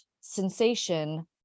sensation